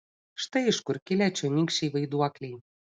štai iš kur kilę čionykščiai vaiduokliai